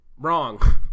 Wrong